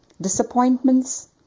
disappointments